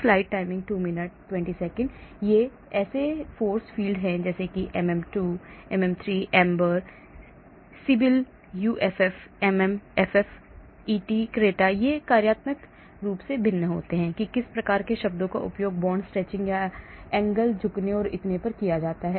इसलिए ये force field जैसे MM2 MM3 AMBER Sybyl UFF MMFF et cetera वे कार्यात्मक रूपों में भिन्न होते हैं कि किस प्रकार के शब्दों का उपयोग बॉन्ड स्ट्रेचिंग या एंगल झुकने और इतने पर किया जाता है